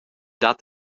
dat